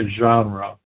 genre